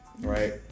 right